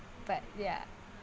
but ya